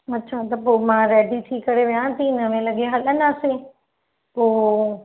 अच्छा त पोइ मां रेडी थी करे वेहा थी नवे लॻे हलंदासीं पोइ